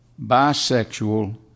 bisexual